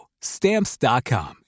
Stamps.com